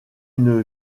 une